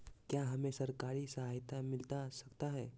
क्या हमे सरकारी सहायता मिलता सकता है?